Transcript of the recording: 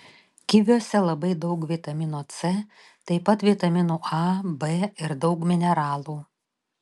kiviuose labai daug vitamino c taip pat vitaminų a b ir daug mineralų